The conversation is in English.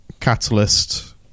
Catalyst